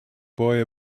boy